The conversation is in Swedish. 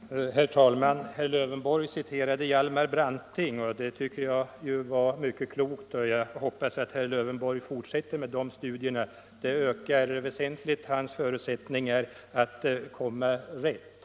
20 februari 1975 Herr talman! Herr Lövenborg citerade Hjalmar Branting, och det tycker jag var mycket klokt. Jag hoppas att herr Lövenborg fortsätter med de Om rätt att studierna. Det ökar väsentligt hans förutsättningar att komma rätt.